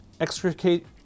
extricate